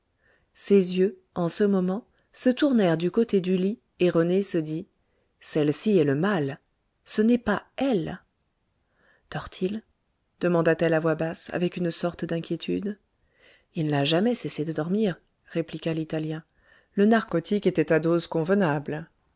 ses yeux en ce moment se tournèrent du côté du lit et rené se dit celle-ci est le mal ce n'est pas elle dort il demanda-t-elle à voix basse avec une sorte d'inquiétude il n'a jamais cessé de dormir répliqua l'italien le narcotique était ù cluse convenable